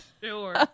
Sure